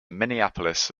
minneapolis